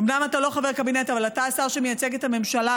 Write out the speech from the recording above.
אומנם אתה לא חבר קבינט אבל אתה השר שמייצג את הממשלה,